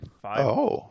five